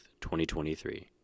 2023